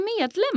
medlem